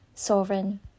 Sovereign